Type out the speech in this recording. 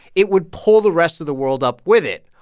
it would pull the rest of the world up with it.